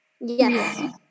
Yes